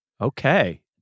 Okay